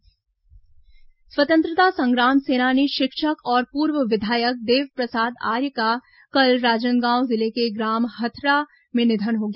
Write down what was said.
स्वतंत्रता सेनानी निधन स्वतंत्रता संग्राम सेनानी शिक्षक और पूर्व विधायक देवप्रसाद आर्य का कल राजनांदगांव जिले के ग्राम हथरा में निधन हो गया